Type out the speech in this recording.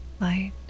light